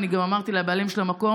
אני גם אמרתי לבעלים של המקום,